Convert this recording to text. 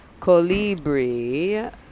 Colibri